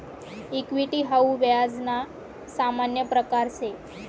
equity हाऊ व्याज ना सामान्य प्रकारसे